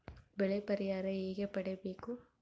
ಬೆಳೆ ಪರಿಹಾರ ಹೇಗೆ ಪಡಿಬೇಕು?